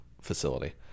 facility